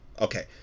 Okay